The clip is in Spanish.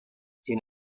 sin